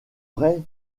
vrai